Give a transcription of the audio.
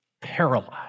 paralyzed